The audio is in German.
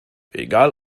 egal